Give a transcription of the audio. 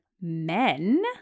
men –